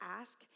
ask